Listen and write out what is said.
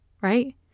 right